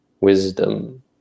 wisdom